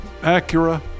acura